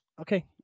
Okay